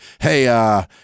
hey